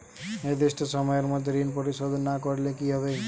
নির্দিষ্ট সময়ে মধ্যে ঋণ পরিশোধ না করলে কি হবে?